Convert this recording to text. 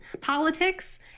politics